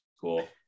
cool